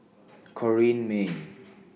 Corrinne May